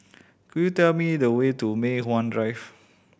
could you tell me the way to Mei Hwan Drive